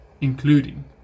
including